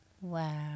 Wow